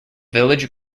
village